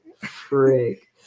Freak